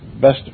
best